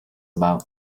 about